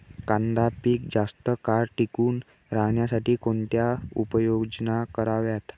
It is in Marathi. कांदा पीक जास्त काळ टिकून राहण्यासाठी कोणत्या उपाययोजना कराव्यात?